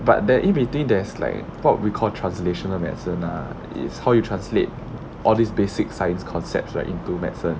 but the in between there's like what we call translational medicine ah it's how you translate all these basic science concepts right into medicine